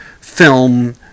film